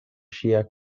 ŝia